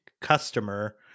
customer